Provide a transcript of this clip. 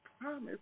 promise